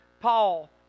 Paul